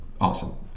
awesome